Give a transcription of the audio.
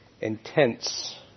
intense